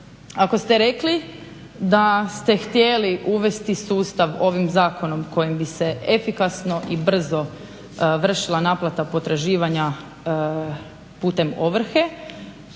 Ako ste rekli da ste htjeli uvesti sustav ovim zakonom kojim bi se efikasno i brzo vršila naplata potraživanja putem ovrhe.